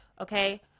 Okay